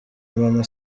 maman